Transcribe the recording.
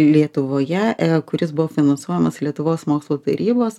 lietuvoje kuris buvo finansuojamas lietuvos mokslo tarybos